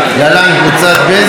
קבוצת בזק),